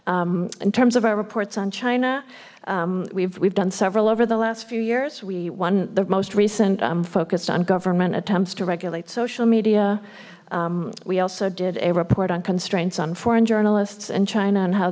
in terms of our reports on china we've we've done several over the last few years we won the most recent focused on government attempts to regulate social media we also did a report on constraints on foreign journalists in china and how